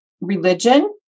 religion